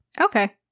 Okay